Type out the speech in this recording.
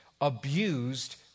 abused